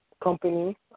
company